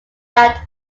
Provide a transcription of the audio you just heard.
backed